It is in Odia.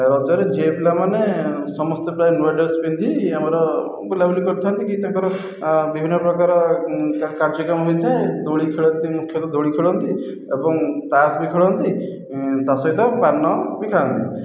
ରଜରେ ଝିଅପିଲାମାନେ ସମସ୍ତେ ପ୍ରାୟ ନୂଆ ଡ୍ରେସ ପିନ୍ଧି ଆମର ବୁଲାବୁଲି କରିଥାନ୍ତି କିଏ ତାଙ୍କର ବିଭିନ୍ନ ପ୍ରକାର କାର୍ଯ୍ୟକ୍ରମ ହୋଇଥାଏ ଦୋଳି ଖେଳନ୍ତି ମୁଖ୍ୟତଃ ଦୋଳି ଖେଳନ୍ତି ଏବଂ ତାସ ବି ଖେଳନ୍ତି ତା ସହିତ ପାନ ବି ଖାଆନ୍ତି